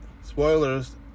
Spoilers